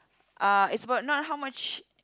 uh it's about not how much